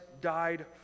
died